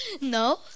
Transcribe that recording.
No